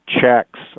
checks